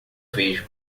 vejo